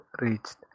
reached